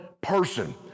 person